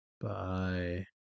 Bye